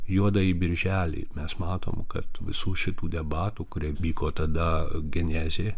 juodąjį birželį mes matom kad visų šitų debatų kurie vyko tada genezė